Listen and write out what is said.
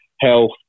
health